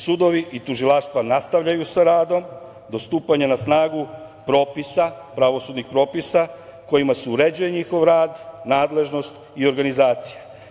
Sudovi i tužilaštva nastavljaju sa radom, do stupanja na snagu pravosudnih propisa kojima se uređuje njihov rad, nadležnost i organizacija.